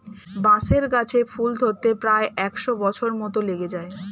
বাঁশের গাছে ফুল ধরতে প্রায় একশ বছর মত লেগে যায়